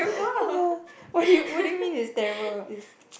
ya what do you what do you mean is stable is